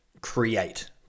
create